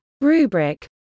Rubric